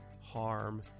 harm